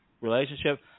relationship